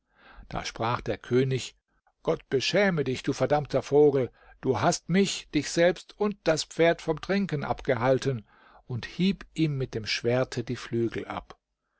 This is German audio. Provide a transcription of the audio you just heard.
da sprach der könig gott beschäme dich du verdammter vogel du hast mich dich selbst und das pferd vom trinken abgehalten und hieb ihm mit dem schwerte die flügel ab